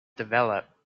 develop